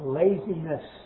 laziness